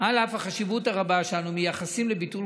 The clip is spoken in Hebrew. על אף החשיבות הרבה שאנו מייחסים לביטול